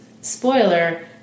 spoiler